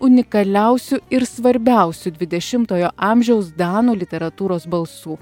unikaliausių ir svarbiausių dvidešimtojo amžiaus danų literatūros balsų